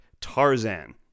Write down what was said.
Tarzan